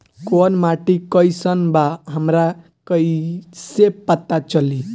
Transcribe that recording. कोउन माटी कई सन बा हमरा कई से पता चली?